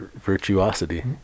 virtuosity